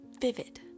vivid